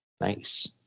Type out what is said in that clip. nice